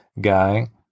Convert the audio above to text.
guy